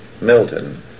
Milton